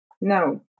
no